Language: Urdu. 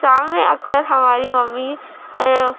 شام میں اکثر ہماری ممی